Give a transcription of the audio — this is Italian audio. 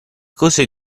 cose